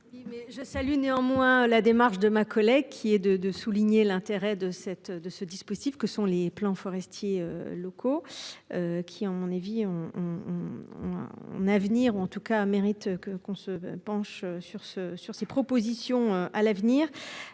je salue néanmoins la démarche de ma collègue qui est de, de souligner l'intérêt de cette de ce dispositif que sont les plants forestiers locaux. Qui à mon avis on on. Avenir ou en tout cas mérite que qu'on se penche sur ce sur ces propositions à l'avenir.